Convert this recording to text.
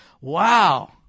Wow